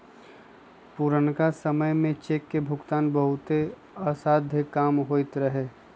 पुरनका समय में चेक के भुगतान बहुते असाध्य काम होइत रहै